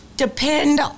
Depend